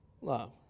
love